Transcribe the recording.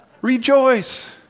Rejoice